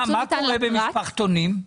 מה קורה במשפחתונים?